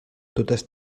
totes